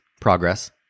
progress